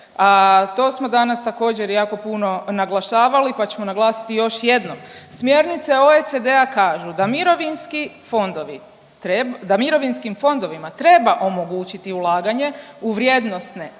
to smo danas također, jako puno naglašavali pa ćemo naglasiti još jednom, smjernice OECD-a kažu da mirovinski fondovi .../nerazumljivo/... da mirovinskim